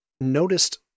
noticed